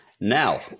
Now